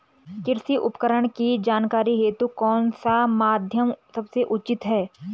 कृषि उपकरण की जानकारी हेतु कौन सा माध्यम सबसे उचित है?